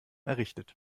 errichtet